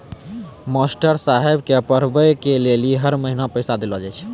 master साहेब के पढ़बै के लेली हर महीना पैसा देलो जाय छै